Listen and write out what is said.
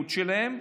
הבריאות שלהם,